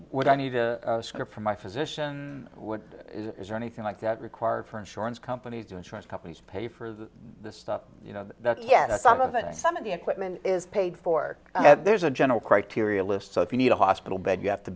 would i need a script for my physician would is there anything like that required for insurance companies do insurance companies pay for this stuff you know yes some of it and some of the equipment is paid for and there's a general criteria list so if you need a hospital bed you have to